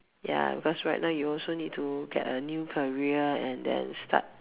ya because right now you also need to get a new career and then start